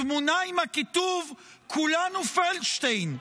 תמונה עם הכיתוב "כולנו פלדשטיין".